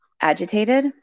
agitated